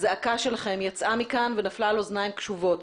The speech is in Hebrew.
הזעקה שלכם יצאה מכאן ונפלה על אוזניים קשובות.